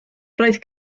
roedd